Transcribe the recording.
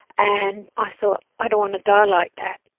and i thought, i don't want to die like that.